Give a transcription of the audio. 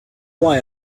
why